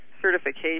certification